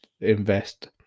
invest